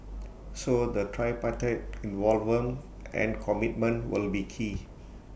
so the tripartite involvement and commitment will be key